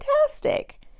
fantastic